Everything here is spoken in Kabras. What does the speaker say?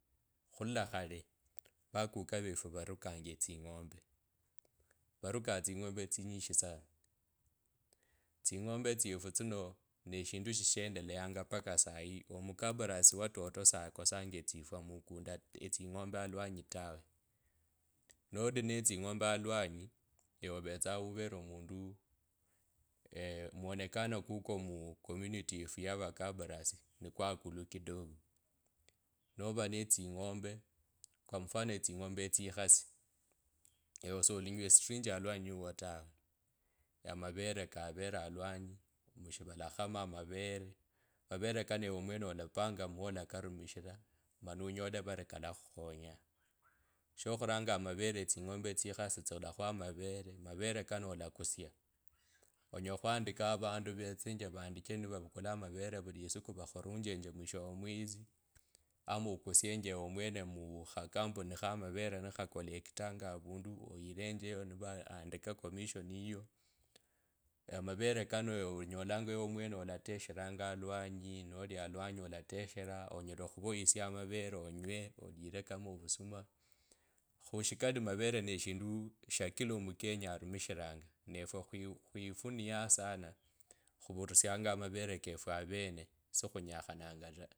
Khurula khale vakuka vefu varukanga etsing’ombe varukanga etsing’ombe netsinyishi sana tsing’ombe tsyefu tsino neshindu shishendeleyanga baka sai omukabarasi watoto sakosanga tsifwa munda etsing’ombe alwanyi tawe noli ne tsing’ombe alwanyi avetsanga uvere omundu omwonekano kuwa mucomunity efu ya avakabarasi ni kwa akulu kidogo nova netsing’ombe kwa mfano tsing’ombe tsikasi ewe solinywa estinji alwanyi wuwo tawe amavele kavele alwanyi mishivalakhama amaveve mavere kuno ewe omwene olapanga mwa olakarumushira mani onyele vary kalakhukhonyanga shokhuranga amavere etsing’ombe tsikasi tsilakhuwa okhwandika avundu vetsenje vandiche navavukula mavere vuli isiku vakhurunjenje mwisho wa mwezi ama okusienge ewe omwene mukhukambi, nikhakolectanga avundu oyilenjeyo nivandika commission yeuwo aa amavele kano onyolanga ewe mwene olateshilanga alwanyi noli always olateshera onyela khuvoisia amavere onywe olile kama ovusuma khushikila amavere neshindu sha kila omukenya orumushira nefwe khwifuniya sana khurusianga amavere kefu avene na sikhunyakhananga ta.